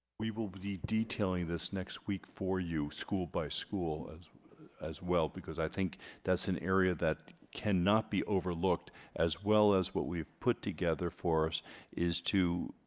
we will be detailing this next week for you school-by-school as as well because i think that's an area that cannot be overlooked as well as what we've put together for us is to